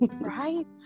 right